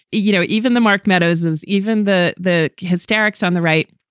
you know, even the mark meadows is even the the hysterics on the right.